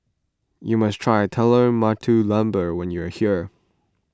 you must try Telur Mata Lembu when you are here